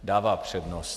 Dává přednost.